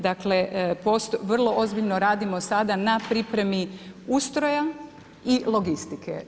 Dakle, vrlo ozbiljno radimo sada na pripremi ustroja i logistike.